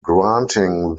granting